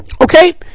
Okay